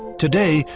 today,